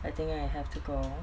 I think I have to go